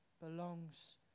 belongs